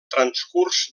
transcurs